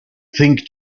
think